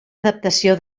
adaptació